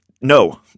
No